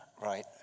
Right